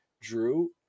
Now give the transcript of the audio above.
Drew